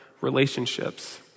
relationships